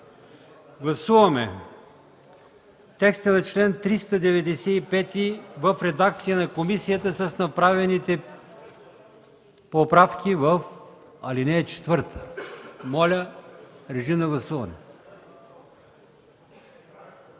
Гласуваме текста на чл. 395 в редакция на комисията с направените поправки в ал. 4. Моля, гласувайте.